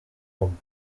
vom